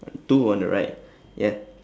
two on the right ya